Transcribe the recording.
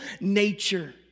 nature